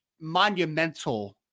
monumental